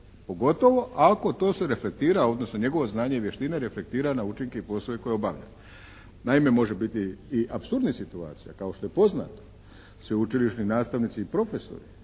pogotovo ako to se reflektira odnosno njegovo znanje i vještina reflektira na učinke i poslove koje obavlja. Naime, može biti i apsurdnih situacija kao što je poznato. Sveučilišni nastavnici i profesori